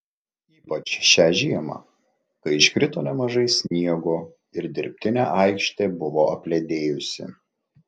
ypač šią žiemą kai iškrito nemažai sniego ir dirbtinė aikštė buvo apledėjusi